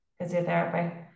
physiotherapy